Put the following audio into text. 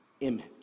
image